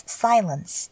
silence